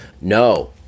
no